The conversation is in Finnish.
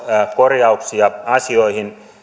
korjauksia asioihin